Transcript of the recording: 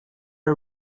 are